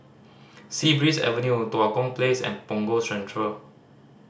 Sea Breeze Avenue Tua Kong Place and Punggol Central